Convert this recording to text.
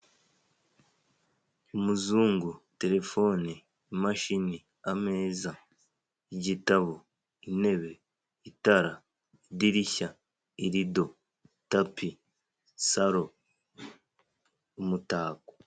Umuzungu, terefone, imashini, ameza, igitabo, intebe, itara, idirishya, irido, tapi, saro, umutako.